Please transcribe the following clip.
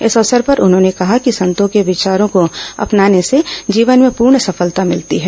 इस अवसर पर उन्होंने कहा कि संतों के विचारों को अपनाने से जीवन में पूर्ण सफलता मिलती है